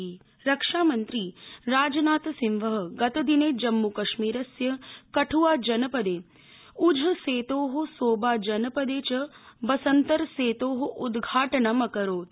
राजनाथ रक्षामन्त्री राजनाथसिंह गतदिने जम्मूकश्मीरस्य कठ्आ जनपदे उझ सेतो सोवा जनपदे च बसंतर सेतो उद्घाटनं अकरोत्